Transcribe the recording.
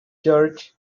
church